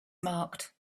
marked